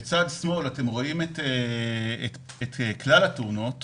בצד שמאל של השקף אפשר לראות את כלל התאונות